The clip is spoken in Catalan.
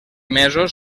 mesos